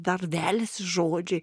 dar veliasi žodžiai